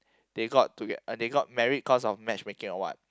they got to get they got married cause of matchmaking or what